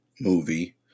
movie